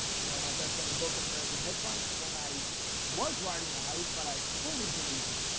you know, my best selling book, an american hedge fund when i was writing the hype, but i fully believed it.